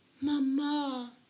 Mama